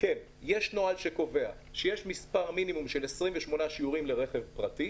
את החומר שמר רוזן שלח לוועדה קיבלו חברי